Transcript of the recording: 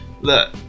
Look